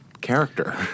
character